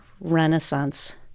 Renaissance